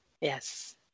Yes